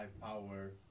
power